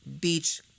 beach